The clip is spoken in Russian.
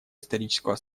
исторического